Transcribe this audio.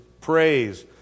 praise